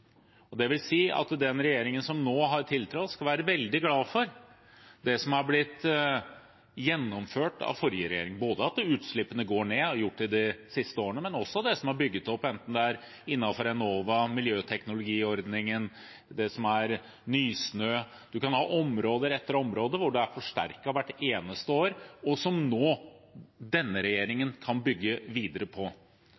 at den regjeringen som nå har tiltrådt, skal være veldig glad for det som har blitt gjennomført av forrige regjering – ikke bare at utslippene går ned og har gjort det de siste årene, men også det som er bygget opp, enten det er innenfor Enova, miljøteknologiordningen eller Nysnø. Man har område etter område hvor det er forsterket, hvert eneste år, og som denne regjeringen nå